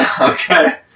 Okay